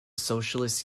socialist